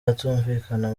atumvikana